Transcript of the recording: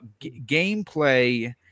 Gameplay